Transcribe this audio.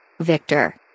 Victor